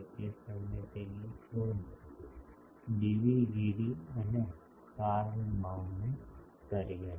તે સમયે તેની શોધ ડીવી ગિરી અને કાર્લ બાઉમે કરી હતી